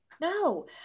No